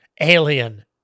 Alien